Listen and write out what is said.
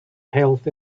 health